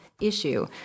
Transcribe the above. issue